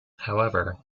however